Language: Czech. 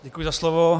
Děkuji za slovo.